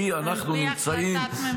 כי אנחנו -- על פי החלטת ממשלה.